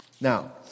Now